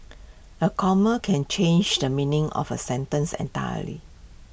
A comma can change the meaning of A sentence entirely